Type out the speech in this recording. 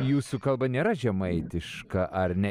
jūsų kalba nėra žemaitiška ar ne